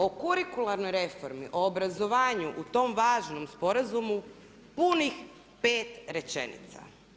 O kurikularnoj reformi, o obrazovanju u tom važnom sporazumu punih 5 rečenica.